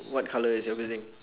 what colour is your building